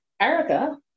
Erica